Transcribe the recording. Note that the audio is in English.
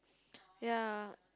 ya